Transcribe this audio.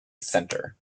centre